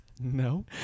no